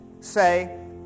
say